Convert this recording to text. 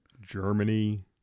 Germany